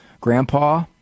Grandpa